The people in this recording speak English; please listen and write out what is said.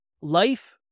life